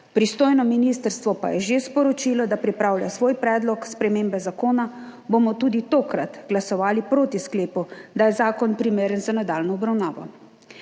pristojno ministrstvo pa je že sporočilo, da pripravlja svoj predlog spremembe zakona, bomo tudi tokrat glasovali proti sklepu, da je zakon primeren za nadaljnjo obravnavo.